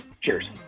Cheers